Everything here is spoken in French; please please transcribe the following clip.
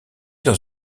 dans